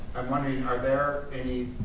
i'm wondering are there any